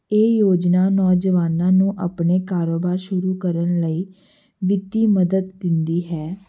ਇਹ ਯੋਜਨਾ ਨੌਜਵਾਨਾਂ ਨੂੰ ਆਪਣੇ ਕਾਰੋਬਾਰ ਸ਼ੁਰੂ ਕਰਨ ਲਈ ਵਿੱਤੀ ਮਦਦ ਦਿੰਦੀ ਹੈ